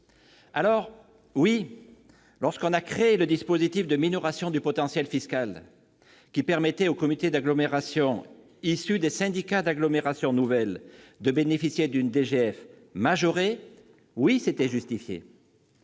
l'action publique ? Certes, le dispositif de minoration du potentiel fiscal, qui permettait aux communautés d'agglomération issues des syndicats d'agglomération nouvelle de bénéficier d'une DGF majorée, était justifié